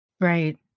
Right